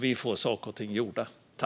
Vi får saker och ting gjorda.